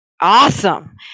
awesome